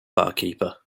barkeeper